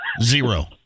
Zero